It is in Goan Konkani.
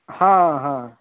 हां हां